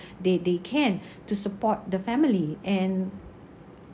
they they can to support the family and